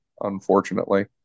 Unfortunately